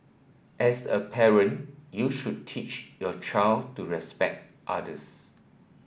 as a parent you should teach your child to respect others